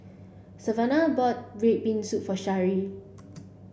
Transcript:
Savanah bought red bean soup for Shari